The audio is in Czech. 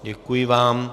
Děkuji vám.